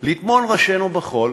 לטמון ראשינו בחול,